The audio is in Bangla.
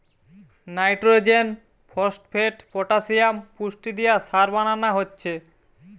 নাইট্রজেন, ফোস্টফেট, পটাসিয়াম পুষ্টি দিয়ে সার বানানা হচ্ছে